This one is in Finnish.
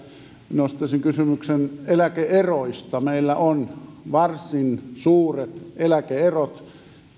nostaisin kysymyksen eläke eroista meillä on varsin suuret eläke erot